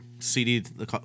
CD